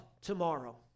tomorrow